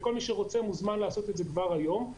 כל מי שרוצה מוזמן לעשות זאת כבר היום.